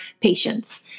patients